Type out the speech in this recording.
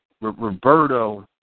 Roberto